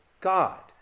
God